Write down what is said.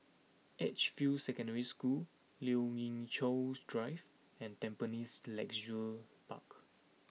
Edgefield Secondary School Lien Ying Chow's Drive and Tampines Leisure Park